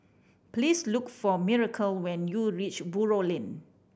please look for Miracle when you reach Buroh Lane